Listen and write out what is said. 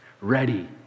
Ready